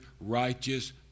righteous